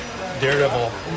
Daredevil